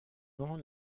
suivant